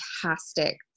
fantastic